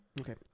Okay